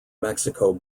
mexico